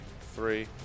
Three